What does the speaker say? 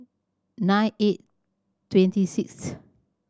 nine eight twenty sixth